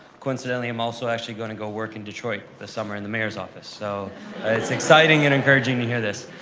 coincidentally, i'm also actually going to go work in detroit this summer, in the mayor's office. so it's exciting and encouraging to hear this.